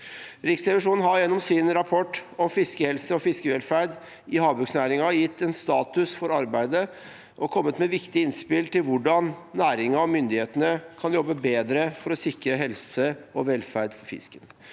Riksrevisjonen har gjennom sin rapport om fiskehelse og fiskevelferd i havbruksnæringen gitt en status for arbeidet og kommet med viktige innspill til hvordan næringen og myndighetene kan jobbe bedre for å sikre helse og velferd for fisken.